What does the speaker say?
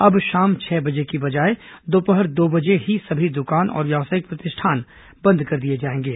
अब शाम छह बजे के बजाय दोपहर दो बजे ही सभी दुकान और व्यावसायिक प्रतिष्ठान बंद कर दिए जाएंगे